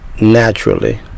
naturally